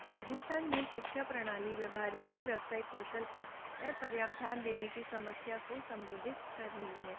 राजस्थान में शिक्षा प्रणाली व्यावहारिक और व्यावसायिक कौशल पर अपर्याप्त ध्यान देने की समस्या को संबोधित कर रही है